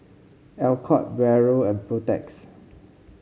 Alcott Barrel and Protex